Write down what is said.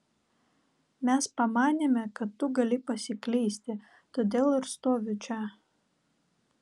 mes pamanėme kad tu gali pasiklysti todėl ir stoviu čia